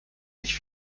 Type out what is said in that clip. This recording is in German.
sich